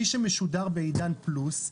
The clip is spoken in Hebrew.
מי שמשודר בעידן פלוס,